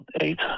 Eight